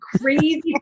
crazy